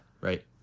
right